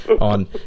on